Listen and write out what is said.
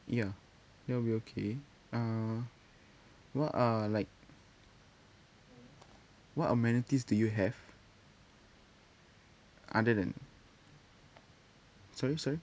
ya that will be okay uh what uh like what amenities do you have other than sorry sorry